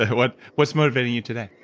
what's what's motivating you today?